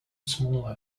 smaller